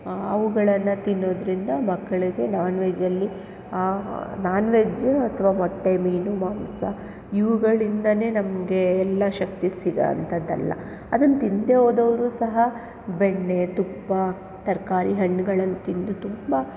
ಅವುಗಳನ್ನು ತಿನ್ನೊದರಿಂದ ಮಕ್ಕಳಿಗೆ ನಾನ್ ವೆಜ್ಜಲ್ಲಿ ಆ ನಾನ್ ವೆಜ್ಜು ಅಥವಾ ಮೊಟ್ಟೆ ಮೀನು ಮಾಂಸ ಇವುಗಳಿಂದಾನೇ ನಮಗೆ ಎಲ್ಲ ಶಕ್ತಿ ಸಿಗೋ ಅಂತದ್ದಲ್ಲ ಅದನ್ನ ತಿನ್ನದೇ ಹೋದವ್ರೂ ಸಹ ಬೆಣ್ಣೆ ತುಪ್ಪ ತರಕಾರಿ ಹಣ್ಣುಗಳನ್ನ ತಿಂದು ತುಂಬ